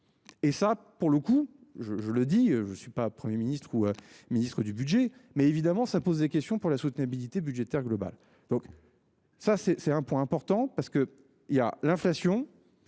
Et ça pour le coup, je le dis, je ne suis pas 1er ministre ou ministre du Budget. Mais évidemment, ça pose des questions pour la soutenabilité budgétaire globale donc. Ça c'est c'est un point important parce que il y a l'inflation.